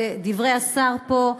ודברי השר פה,